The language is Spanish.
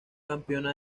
campeona